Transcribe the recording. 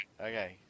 Okay